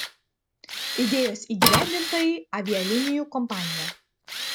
idėjos įgyvendintojai avialinijų kompanija